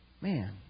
man